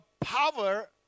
power